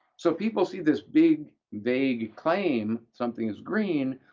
so people see this big, vague claim, something is green,